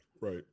Right